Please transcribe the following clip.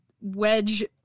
wedge